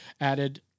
added